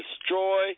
destroy